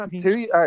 Two